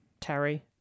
Terry